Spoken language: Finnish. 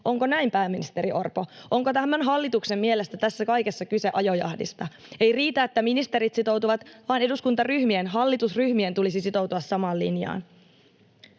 Onko näin, pääministeri Orpo? Onko tämän hallituksen mielestä tässä kaikessa kyse ajojahdista? Ei riitä, että ministerit sitoutuvat, vaan eduskuntaryhmien, hallitusryhmien, tulisi sitoutua samaan linjaan.